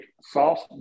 Sauce